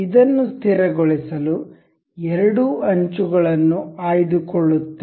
ಇದನ್ನು ಸ್ಥಿರಗೊಳಿಸಲು ಎರಡು ಅಂಚುಗಳನ್ನು ಆಯ್ದುಕೊಳ್ಳುತ್ತೇವೆ